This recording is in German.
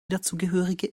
dazugehörige